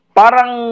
parang